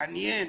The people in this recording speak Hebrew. מעניין.